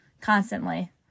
constantly